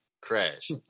Crash